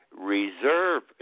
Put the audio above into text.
reserve